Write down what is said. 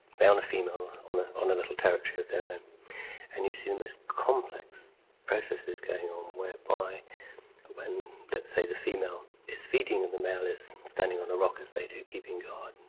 male and a female on ah on a little territory of their and and you see the most complex processes going on whereby when, let's say, the female is feeding and the male is standing on a rock, as they do, keeping guard,